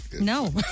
No